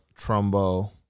Trumbo